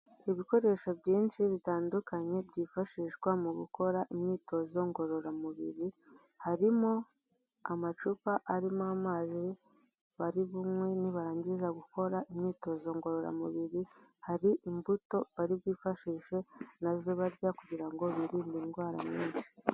Ibikoresho byinshi bitandukanye byifashishwa mu gukora imyitozo ngororamubiri, harimo amacupa arimo amazi bari bunywe nibarangiza gukora imyitozo ngororamubiri, hari imbuto bari bwifashishe na zo barya kugira ngo birinde indwara nyinshi.